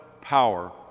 power